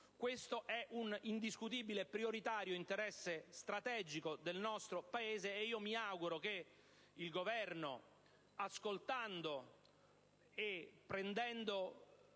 Questo è un indiscutibile e prioritario interesse strategico del nostro Paese e mi auguro che il Governo, ascoltando e prendendo